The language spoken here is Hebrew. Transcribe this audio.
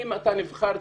אם אתה נבחר ציבור,